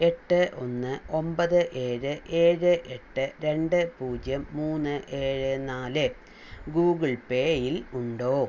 എട്ട് ഒന്ന് ഒമ്പത് ഏഴ് ഏഴ് എട്ട് രണ്ട് പൂജ്യം മൂന്ന് ഏഴ് നാല് ഗൂഗിൾ പേയിൽ ഉണ്ടോ